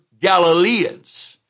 Galileans